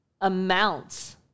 amounts